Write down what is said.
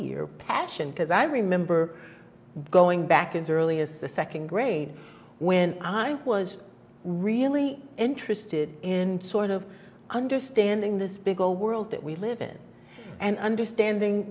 year passion because i remember going back as early as the second grade when i was really interested in sort of understanding this big ole world that we live in and understanding